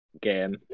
game